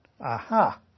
Aha